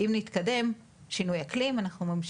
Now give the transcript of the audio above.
אם נתקדם אז הנושא של שינוי אקלים, אנחנו ממשיכים.